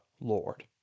Lord